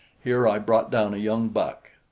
here i brought down a young buck,